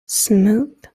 smoot